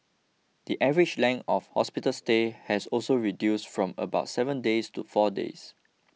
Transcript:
the average length of hospital stay has also reduced from about seven days to four days